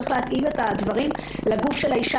צריך להתאים את הדברים לגוף של האישה.